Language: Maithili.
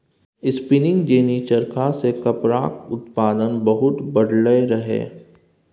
स्पीनिंग जेनी चरखा सँ कपड़ाक उत्पादन बहुत बढ़लै रहय